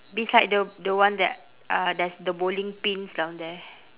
beside the the one that uh there's the bowling pins down there